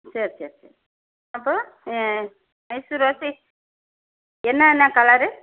சரி சரி சரி அப்போது மைசூர் ரோஸு என்னன்னா கலரு